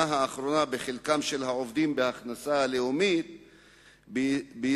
האחרונה בחלקם של העובדים בהכנסה הלאומית בישראל,